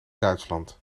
duitsland